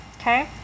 Okay